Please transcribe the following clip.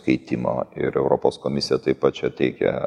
keitimo ir europos komisija taip pat čia teigia